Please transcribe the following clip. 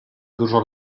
dużo